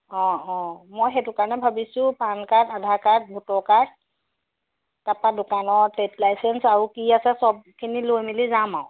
অঁ অঁ মই সেইটো কাৰণে ভাবিছোঁ PAN card Aadhaar card voter card তাৰ পৰা দোকানৰ ট্ৰেড লাইচেঞ্চ আৰু কি আছে চবখিনি লৈ মেলি যাম আৰু